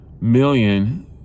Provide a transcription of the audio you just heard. million